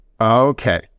Okay